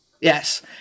Yes